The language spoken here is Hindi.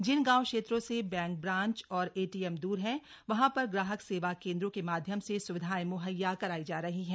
जिन गांव क्षेत्रों से बैंक ब्रान्च और एटीएम दूर है वहां पर ग्राहक सेवा केन्द्रों के माध्यम से स्विधाएं म्हैया कराई जा रही है